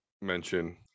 mention